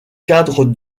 cadre